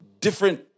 different